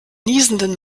niesenden